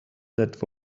that